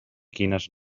quines